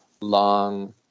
long